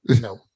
No